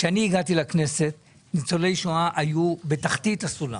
כשהגעתי לכנסת ניצולי שואה היו בתחתית הסולם.